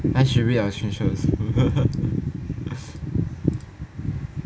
I should read our screenshots